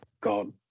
God